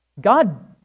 God